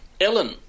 Ellen